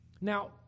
Now